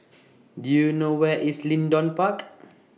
Do YOU know Where IS Leedon Park